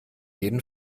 jeden